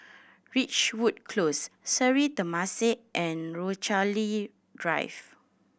Ridgewood Close Sri Temasek and Rochalie Drive